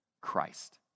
Christ